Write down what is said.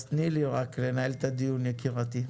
אז תני לי רק לנהל את הדיון יקירתי.